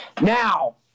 Now